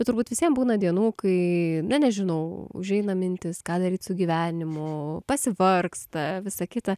turbūt visiem būna dienų kai na nežinau užeina mintys ką daryt su gyvenimu pasivargsta visa kita